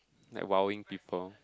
like !wow!ing people